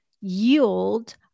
yield